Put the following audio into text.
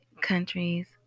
countries